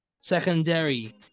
secondary